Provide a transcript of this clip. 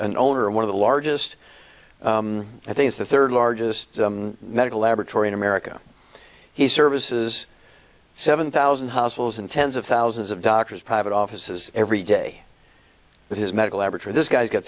an owner of one of the largest i think it's the third largest medical laboratory in america he services seven thousand hospitals and tens of thousands of doctors private offices every day with his medical average for this guy's got